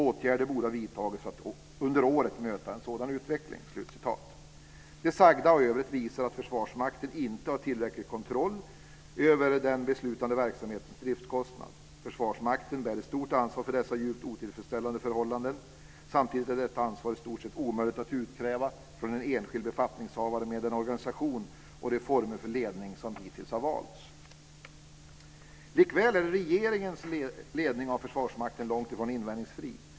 Åtgärder borde ha vidtagits för att under året möta en sådan utveckling." Det sagda och övrigt visar att Försvarsmakten inte har tillräcklig kontroll över den beslutande verksamhetens driftskostnad. Försvarsmakten bär ett stort ansvar för dessa djupt otillfredsställande förhållanden. Samtidigt är detta ansvar i stort sett omöjligt att utkräva från en enskild befattningshavare med den organisation och de former för ledning som hittills har valts. Likväl är regeringens ledning av Försvarsmakten långt ifrån invändningsfri.